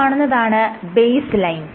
ഈ കാണുന്നതാണ് base line